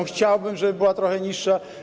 Chciałbym, żeby była trochę niższa.